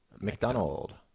McDonald